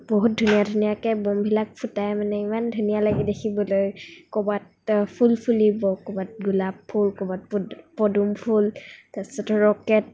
বহুত ধুনীয়া ধুনীয়াকৈ বোমবিলাক ফুটাই মানে ইমান ধুনীয়া লাগে দেখিবলৈ ক'ৰবাত ফুল ফুলিব ক'ৰবাত গোলাপ ফুল কৰবাত পদু পদুম ফুল তাৰপিছতে ৰকেট